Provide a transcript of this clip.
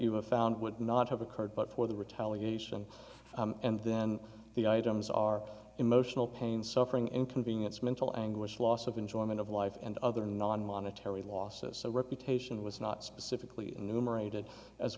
have found would not have occurred but for the retaliation and then the items are emotional pain suffering inconvenience mental anguish loss of enjoyment of life and other non monetary losses so reputation was not specifically enumerated as